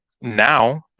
now